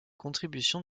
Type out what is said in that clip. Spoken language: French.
contributions